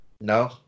No